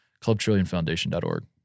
ClubTrillionFoundation.org